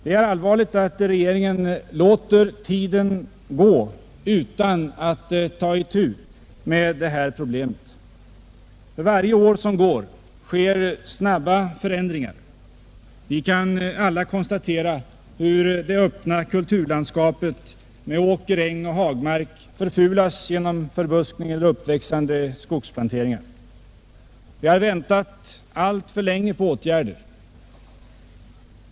Det är allvarligt att regeringen låter tiden gå utan att ta itu med detta problem. För varje år som går sker snabba förändringar. Vi kan alla konstatera hur det öppna kulturlandskapet med åker, äng och hagmark förfulas genom förbuskning eller uppväxande skogsplanteringar. Vi har väntat alltför länge på åtgärder.